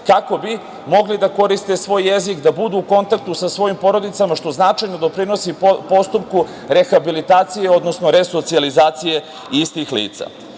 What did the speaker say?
kako bi mogli da koriste svoj jezik, da budu u kontaktu sa svojim porodicama, što značajno doprinosi postupku rehabilitacije, odnosno resocijalizacije istih